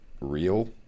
real